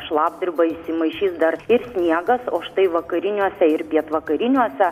šlapdribą įsimaišys dar ir sniegas o štai vakariniuose ir pietvakariniuose